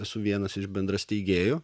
esu vienas iš bendrasteigėjų